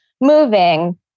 moving